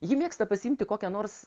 ji mėgsta pasiimti kokią nors